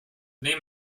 name